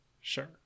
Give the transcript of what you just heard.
Sure